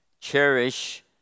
cherish